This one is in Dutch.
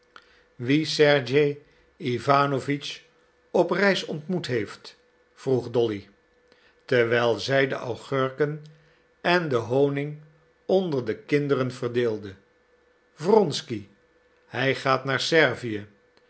iwanowitsch op reis ontmoet heeft vroeg dolly terwijl zij de agurken en den honig onder de kinderen verdeelde wronsky hij gaat naar servië